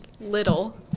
little